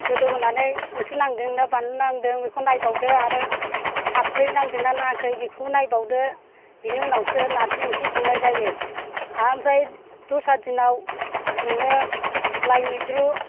गोदौ होनानै संख्रि नांदों ना बानलु नांदों बेखौ नायबावदो आरो खारदै नांदों ना नाङाखै बेखौबो नायबावदो बेनि उनावसो नारजि ओंख्रि संनाय जायो ओमफ्राय दस्रा दिनाव नोङो लाइ मैद्रु